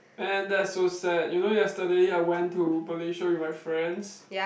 and that's so sad you know yesterday I went to Malaysia with my friends